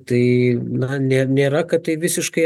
tai na ne nėra kad tai visiškai